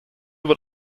wird